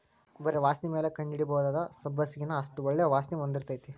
ಬರಿ ವಾಸ್ಣಿಮ್ಯಾಲ ಕಂಡಹಿಡಿಬಹುದ ಸಬ್ಬಸಗಿನಾ ಅಷ್ಟ ಒಳ್ಳೆ ವಾಸ್ಣಿ ಹೊಂದಿರ್ತೈತಿ